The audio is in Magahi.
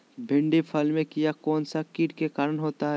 भिंडी फल में किया कौन सा किट के कारण होता है?